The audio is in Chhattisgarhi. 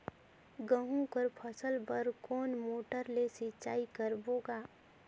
गहूं कर फसल बर कोन मोटर ले सिंचाई करबो गा?